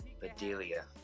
Bedelia